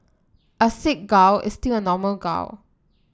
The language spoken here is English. a sick gal is still a normal gal